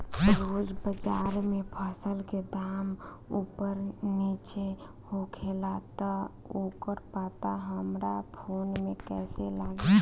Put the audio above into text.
रोज़ बाज़ार मे फसल के दाम ऊपर नीचे होखेला त ओकर पता हमरा फोन मे कैसे लागी?